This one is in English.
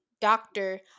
doctor